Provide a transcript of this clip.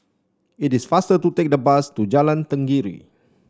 it is faster to take the bus to Jalan Tenggiri